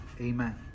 Amen